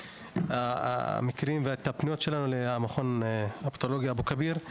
המקרים והפניות שלנו למכון הפתולוגי אבו כביר.